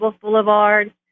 Boulevard